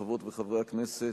חברות וחברי הכנסת,